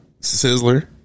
Sizzler